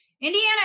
Indiana